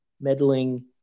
meddling